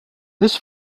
this